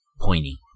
pointy